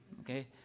Okay